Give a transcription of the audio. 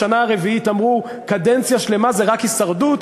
בשנה הרביעית אמרו: קדנציה שלמה זה רק הישרדות.